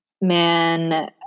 man